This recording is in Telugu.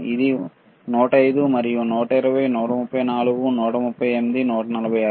ఇది 105 మరియు 120 134 138 146